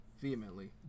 vehemently